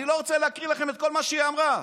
אני לא רוצה להקריא לכם את כל מה שהיא אמרה.